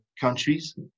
countries